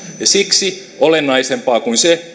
siksi olennaisempaa kuin se